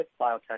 Biotech